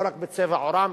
לא רק בצבע עורם,